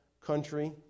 country